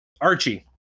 Archie